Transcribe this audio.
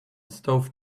stove